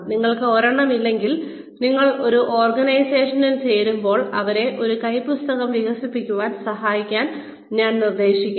നിങ്ങൾക്ക് ഒരെണ്ണം ഇല്ലെങ്കിൽ നിങ്ങൾ ഒരു ഓർഗനൈസേഷനിൽ ചേരുമ്പോൾ അവരെ ഒരു കൈപ്പുസ്തകം വികസിപ്പിക്കാൻ സഹായിക്കാൻ ഞാൻ നിർദ്ദേശിക്കുന്നു